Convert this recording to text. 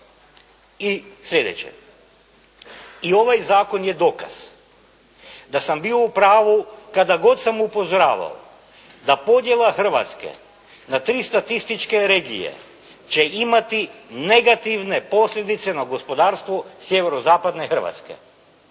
I sljedeće, i ovaj zakon je dokaz, da sam bio u pravu kada god sam upozoravao, da podjela Hrvatske na tri statističke regije će imati negativne posljedice na gospodarstvo sjevero-zapadne Hrvatske,